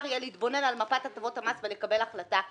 יהיה להתבונן על מפת הטבות המס ולקבל החלטה מחודשת.